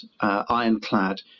ironclad